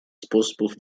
способов